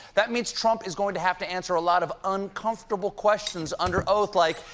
that means trump is going to have to answer a lot of uncomfortable questions under oath like,